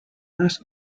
ask